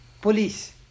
police